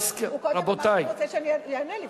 הוא קודם אמר שהוא רוצה לענות לי.